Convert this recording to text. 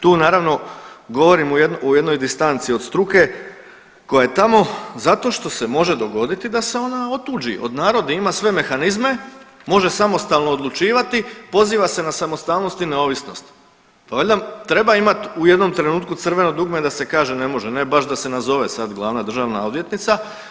Tu naravno govorim u jednoj distanci od struke koja je tamo zato što se može dogoditi da se ona otuđi od naroda, ima sve mehanizme, može samostalno odlučivati, poziva se na samostalnost i neovisnost, pa valjda treba imati u jednom trenutku crveno dugme da se kaže ne može, ne baš da se nazove sad glavna državna odvjetnica.